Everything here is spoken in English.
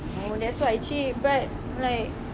oh that's why cheap but like